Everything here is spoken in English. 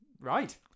right